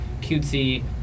cutesy